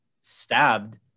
stabbed